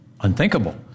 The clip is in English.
unthinkable